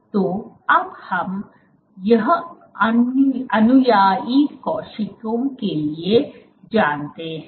तो अब हम यह अनुयायी कोशिकाओं के लिए जानते हैं